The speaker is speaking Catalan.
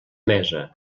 mesa